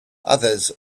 others